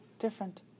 different